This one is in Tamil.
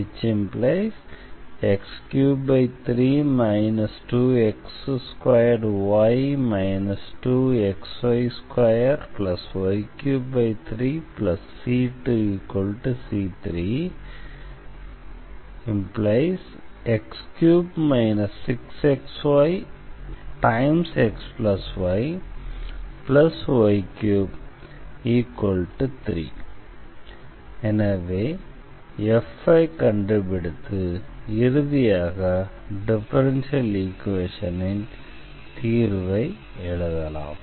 ⟹x33 2x2y 2xy2y33c2c3 x3 6xyxyy3c எனவே f ஐ கண்டுபிடித்து இறுதியாக டிஃபரன்ஷியல் ஈக்வேஷனின் தீர்வை எழுதலாம்